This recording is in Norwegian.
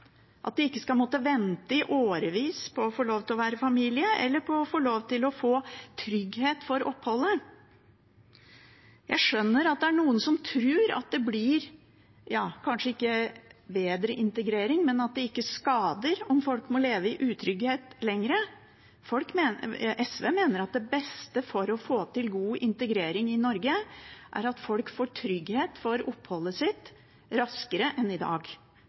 at de ikke skal måtte vente i årevis på å få lov til å være familie, eller på å få lov til å få trygghet for oppholdet. Jeg skjønner at det er noen som tror at det kanskje ikke blir bedre integrering, men at det ikke skader om folk må leve i utrygghet lenger. SV mener at det beste for å få til god integrering i Norge er at folk får trygghet for oppholdet sitt raskere enn i dag,